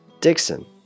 Dixon